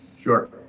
Sure